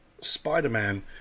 Spider-Man